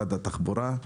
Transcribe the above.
משרד התחבורה?